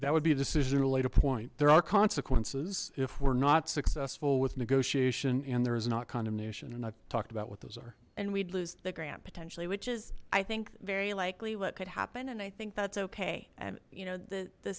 that would be a decision later there are consequences if we're not successful with negotiation and there is not condemnation and i've talked about what those are and we'd lose the grant potentially which is i think very likely what could happen and i think that's okay and you know the the